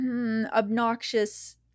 obnoxious